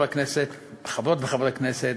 חברות וחברי הכנסת,